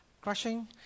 crushing